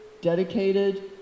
dedicated